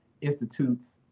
institutes